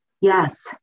Yes